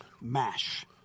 MASH